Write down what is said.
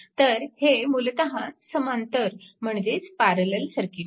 तर हे मूलतः समांतर म्हणजेच पॅरलल सर्किट आहे